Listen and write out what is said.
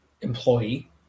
employee